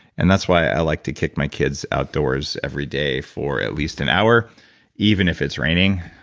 and that's why i like to kick my kids outdoors every day for at least an hour even if it's raining.